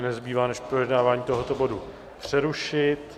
Nezbývá mi než projednávání tohoto bodu přerušit.